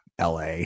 LA